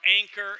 anchor